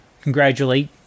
congratulate